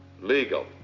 legal